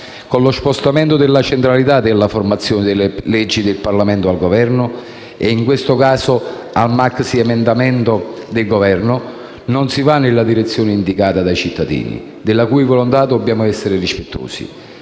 con lo spostamento della centralità della formazione delle leggi dal Parlamento al Governo (in questo caso, con il maxi-emendamento dell'Esecutivo), non si va nella direzione indicata dai cittadini, della cui volontà dobbiamo essere rispettosi.